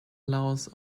allows